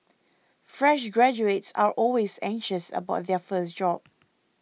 fresh graduates are always anxious about their first job